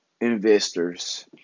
investors